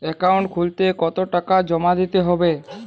Account খুলতে কতো টাকা জমা দিতে হবে?